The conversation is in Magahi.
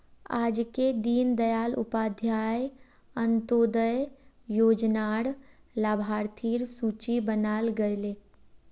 आजके दीन दयाल उपाध्याय अंत्योदय योजना र लाभार्थिर सूची बनाल गयेल